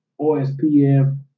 OSPF